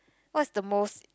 what's the most